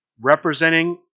representing